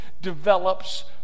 develops